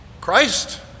Christ